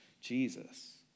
Jesus